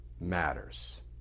matters